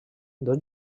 dos